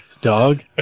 dog